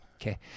Okay